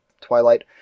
Twilight